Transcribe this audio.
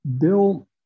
Bill